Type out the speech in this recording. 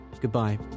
goodbye